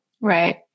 Right